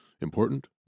important